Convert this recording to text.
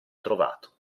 trovato